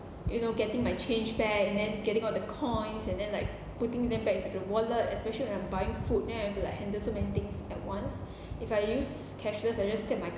you know getting my change back and then getting all the coins and then like putting them back into the wallet especially when I'm buying food then I have to like handle so many things at once if I use cashless I just take my